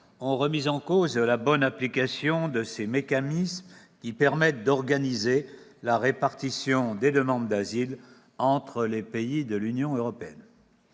ont remis en cause la bonne application de ces mécanismes qui permettent d'organiser la répartition des demandes d'asile entre les pays de l'Union européenne.